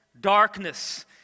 darkness